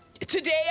Today